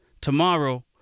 Tomorrow